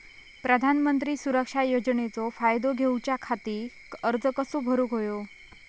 प्रधानमंत्री सुरक्षा योजनेचो फायदो घेऊच्या खाती अर्ज कसो भरुक होयो?